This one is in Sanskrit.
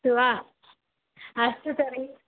अस्तु वा अस्तु तर्हि